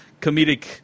comedic